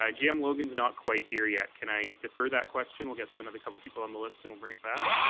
jm um logan is not quite here yet. can i defer that question. we'll get to another couple people on the list and we'll bring it back.